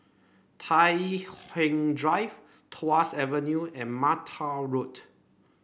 Tai Drive Tuas Avenue and Mata Road